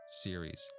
Series